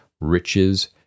riches